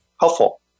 helpful